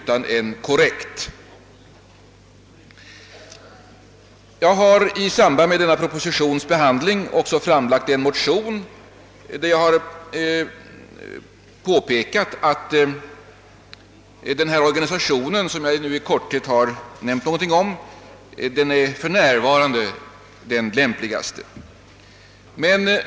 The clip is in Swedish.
Den skall vara korrekt, I samband med denna propositions behandling har jag framlagt en motion, i vilken jag har påpekat att den organisation jag i korthet nämnt något om för närvarande är den lämpligaste.